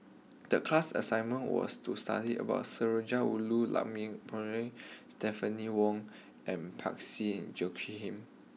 the class assignment was to study about Sundarajulu Perumal Stephanie Wong and